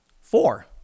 four